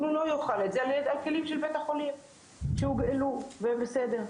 אבל הוא לא יאכל את זה על כלים של בית החולים שהוגעלו והם בסדר.